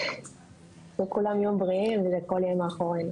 שכולם יהיו בריאים והכל יהיה מאחורינו.